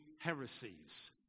Heresies